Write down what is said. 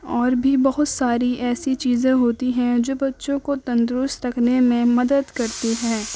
اور بھی بہت ساری ایسی چیزیں ہوتی ہیں جو بچوں کو تندرست رکھنے میں مدد کرتی ہیں